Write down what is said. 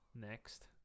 next